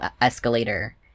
escalator